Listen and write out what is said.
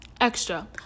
Extra